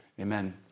Amen